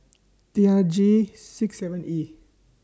T R G six seven E